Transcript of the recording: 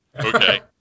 Okay